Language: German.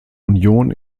union